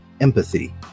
empathy